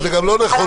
זה גם לא נכונות.